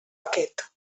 aquest